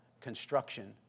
construction